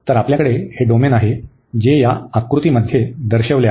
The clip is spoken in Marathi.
तर आपल्याकडे हे डोमेन आहे जे या आकृतीमध्ये दर्शविले गेले आहे